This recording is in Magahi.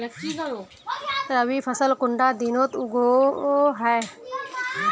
रवि फसल कुंडा दिनोत उगैहे?